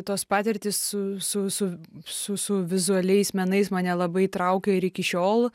tos patirtys su su su su su vizualiais menais mane labai traukia ir iki šiol